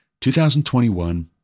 2021